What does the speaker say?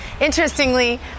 Interestingly